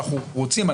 אנחנו רוצים,